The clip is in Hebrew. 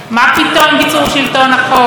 מה פתאום ביצור שלטון החוק?